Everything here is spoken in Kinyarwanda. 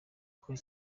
kuri